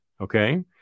Okay